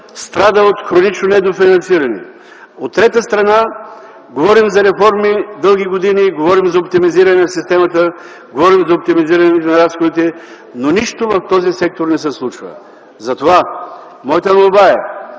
страда от хронично недофинансиране. От трета страна говорим за реформи дълги години, говорим за оптимизиране на системата, говорим за оптимизиране на разходите, но нищо в този сектор не се случва, затова моята молба е